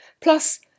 Plus